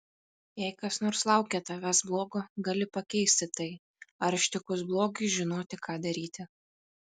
jei kas nors laukia tavęs blogo gali pakeisti tai ar ištikus blogiui žinoti ką daryti